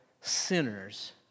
sinners